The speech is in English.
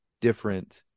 different